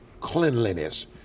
cleanliness